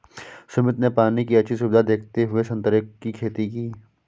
सुमित ने पानी की अच्छी सुविधा देखते हुए संतरे की खेती की